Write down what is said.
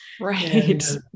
right